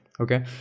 okay